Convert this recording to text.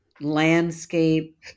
landscape